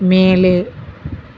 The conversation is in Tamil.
மேலே